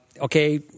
Okay